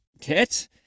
kit